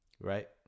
right